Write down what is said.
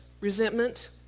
Resentment